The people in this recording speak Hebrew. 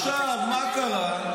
עכשיו, מה קרה?